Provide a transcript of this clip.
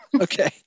Okay